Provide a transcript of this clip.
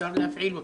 אפשר להפעיל אותן.